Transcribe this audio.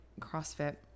CrossFit